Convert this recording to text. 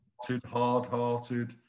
hard-hearted